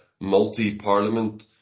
multi-parliament